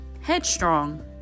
Headstrong